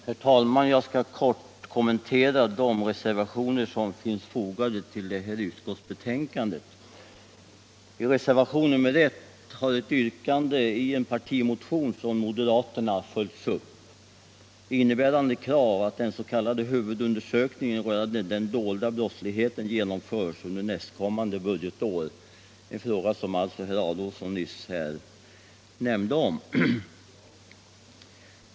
Herr talman! Jag skall kort kommentera de reservationer som är fogade vid detta utskottsbetänkande. I reservationen 1 har man följt upp ett yrkande i en moderat partimotion, innebärande krav på att den s.k. huvudundersökningen rörande den dolda brottsligheten genomförs under nästkommande år, en fråga som herr Adolfsson nyss nämnde.